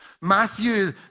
Matthew